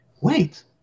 wait